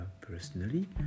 personally